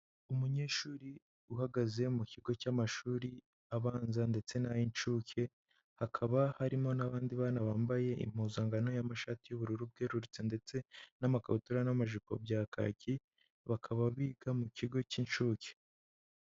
Umunyeshuri uhagaze mu kigo cy'amashuri abanza ndetse n'ay'incuke, hakaba harimo n'abandi bana bambaye impuzangano y'amashati y'ubururu bwerurutse ndetse n'amakabutura n'amajipo bya kaki, bakaba biga mu kigo cy'incuke.